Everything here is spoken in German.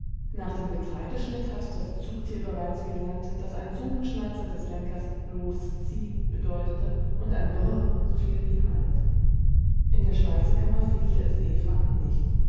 nach dem getreideschnitt hatte das zugtier bereits gelernt daß ein zungenschnalzer des lenkers los zieh bedeutete und ein brr soviel wie halt in der speisekammer fehlte es eva an nichts